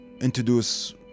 Introduce